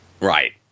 Right